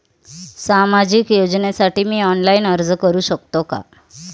सामाजिक योजनेसाठी मी ऑनलाइन अर्ज करू शकतो का?